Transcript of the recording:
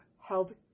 held